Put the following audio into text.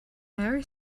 mary